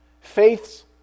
faith's